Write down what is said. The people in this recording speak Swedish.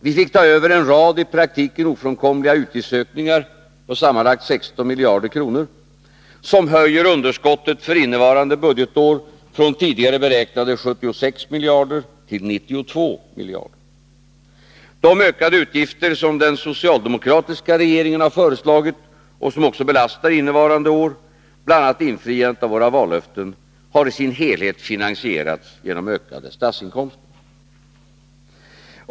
Vi fick ta över en rad i praktiken ofrånkomliga utgiftsökningar på sammanlagt 16 miljarder kronor, som höjer underskottet för innevarande budgetår från tidigare beräknade 76 miljarder till 92 miljarder. De ökade utgifter som den socialdemokratiska regeringen har föreslagit och som också belastar innevarande år, bl.a. infriandet av våra vallöften, har i sin helhet finansierats genom ökade statsinkomster.